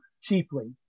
cheaply